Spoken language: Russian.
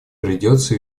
придется